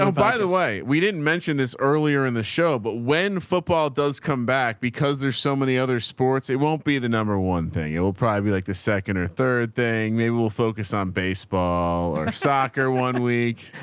so by the way, we didn't mention this earlier in the show, but when football does come back, because there's so many other sports, it won't be the number one thing. it will probably be like the second or third thing. maybe we'll focus on baseball or soccer. one week,